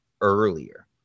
earlier